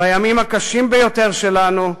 בימים הקשים ביותר שלנו,